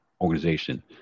Organization